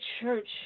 church